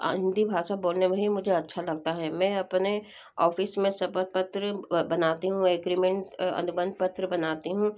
हिंदी भाषा बोलने में ही मुझे अच्छा लगता है मैं अपने ऑफ़िस में क्षपथ पत्र बनाती हूँ एग्रीमेंट अनुबंध पत्र बनाती हूँ